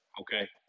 Okay